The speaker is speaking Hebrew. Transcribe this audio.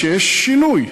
שיש שינוי.